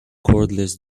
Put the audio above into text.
cordless